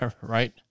right